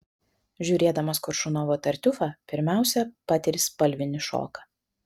žiūrėdamas koršunovo tartiufą pirmiausia patiri spalvinį šoką